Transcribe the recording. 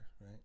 right